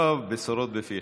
טוב, בשורות בפיך.